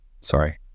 sorry